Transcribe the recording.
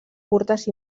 curtes